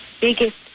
biggest